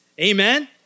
amen